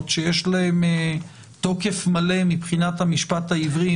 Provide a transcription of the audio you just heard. שיש להן תוקף מלא מבחינת המשפט העברי,